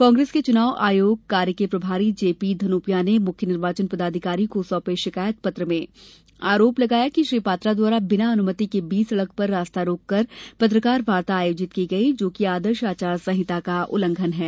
कांग्रेस के चुनाव आयोग कार्य के प्रभारी जे पी धनोपिया ने मुख्य निर्वाचन पदाधिकारी को सौंपे शिकायत पत्र आरोप लगाया है कि श्री पात्रा द्वारा बिना अनुमति के बीच सड़क पर रास्ता रोककर पत्रकार वार्ता आयोजित की गई जो कि आदर्श आचार संहिता का उल्लंघन हे